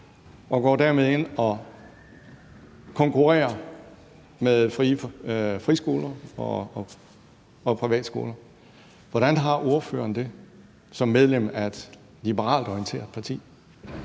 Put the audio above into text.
man går dermed ind og konkurrerer med friskoler og privatskoler. Hvordan har ordføreren det med det som medlem af et liberalt orienteret parti?